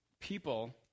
people